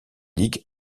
ligue